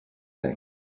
thing